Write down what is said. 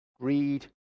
greed